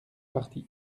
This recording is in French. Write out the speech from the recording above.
partie